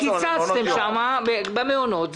קיצצתם שם, במעונות.